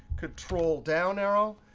control down arrow,